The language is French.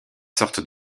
sortent